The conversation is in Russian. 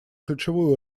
ключевую